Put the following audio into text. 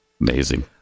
Amazing